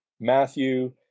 Matthew